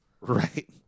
Right